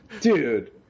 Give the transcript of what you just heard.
Dude